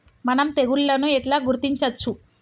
మనం తెగుళ్లను ఎట్లా గుర్తించచ్చు?